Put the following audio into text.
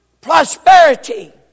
prosperity